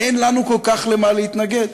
אין לנו כל כך למה להתנגד,